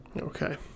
Okay